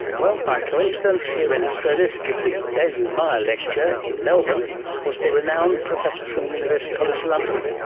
well, by coincidence here in australia to give the baillieu myer lecture in melbourne was the renowned professor from university college london,